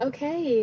Okay